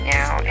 Now